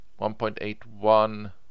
1.81